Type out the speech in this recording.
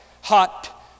hot